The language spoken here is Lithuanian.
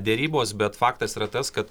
derybos bet faktas yra tas kad